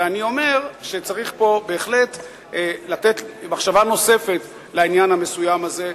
ואני אומר שצריך פה בהחלט לתת מחשבה נוספת לעניין המסוים הזה,